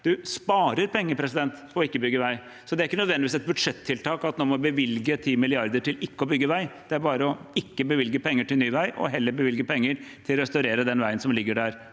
Man sparer penger på å ikke bygge vei, så det er ikke nødvendigvis et budsjettiltak når man bevilger 10 mrd. kr til ikke å bygge vei. Det er bare å ikke bevilge penger til ny vei og heller bevilge penger til å restaurere den veien som ligger der